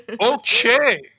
okay